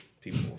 people